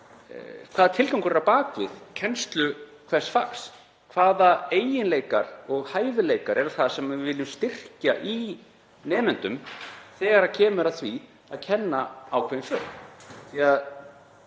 Hvaða tilgangur er á bak við kennslu hvers fags? Hvaða eiginleikar og hæfileikar eru það sem við viljum styrkja í nemendum þegar kemur að því að kenna ákveðin fög?